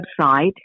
website